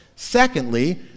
Secondly